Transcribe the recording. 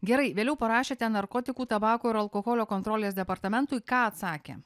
gerai vėliau parašėte narkotikų tabako ir alkoholio kontrolės departamentui ką atsakė